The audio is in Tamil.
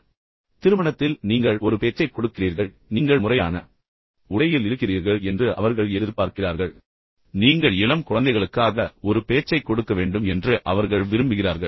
எனவே திருமணத்தில் நீங்கள் ஒரு பேச்சைக் கொடுக்கிறீர்கள் எனவே நீங்கள் மிகவும் முறையான உடையில் இருக்கிறீர்கள் என்று அவர்கள் எதிர்பார்க்கிறார்கள் ஆனால் இது ஒரு முறைசாரா பேச்சு என்று சொல்லலாம் நீங்கள் இளம் குழந்தைகளுக்காக ஒரு பேச்சைக் கொடுக்க வேண்டும் என்று அவர்கள் விரும்புகிறார்கள்